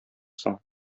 соң